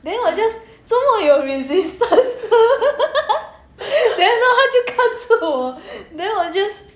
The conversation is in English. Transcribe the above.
then 我 just 做么有 resistance 的 then hor 他就看住我 then 我 just